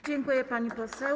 Dziękuję, pani poseł.